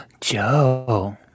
Joe